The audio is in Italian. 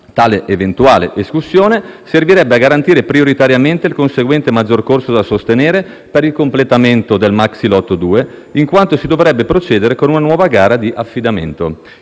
Tale eventuale escussione servirebbe a garantire prioritariamente il conseguente maggior costo da sostenere per il completamento del maxilotto 2, in quanto si dovrebbe procedere con una nuova gara di affidamento.